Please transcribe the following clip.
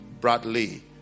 bradley